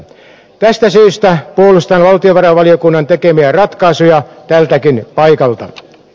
tästä syystä puolustan valtiovarainvaliokunnan tekemiä ratkaisuja tältäkin paikalta